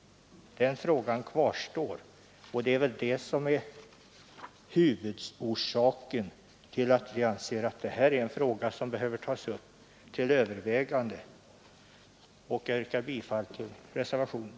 ” Den frågan kvarstår, och detta är huvudorsaken till att vi anser att det här problemet behöver tas upp till övervägande. Jag yrkar bifall till reservationen.